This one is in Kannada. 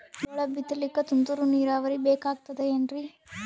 ಜೋಳ ಬಿತಲಿಕ ತುಂತುರ ನೀರಾವರಿ ಬೇಕಾಗತದ ಏನ್ರೀ?